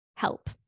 Help